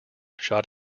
shot